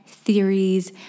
Theories